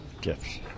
gifts